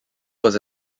was